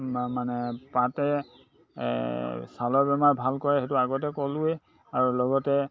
মানে পাতে ছালৰ বেমাৰ ভাল কৰে সেইটো আগতে ক'লোৱেই আৰু লগতে